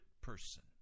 person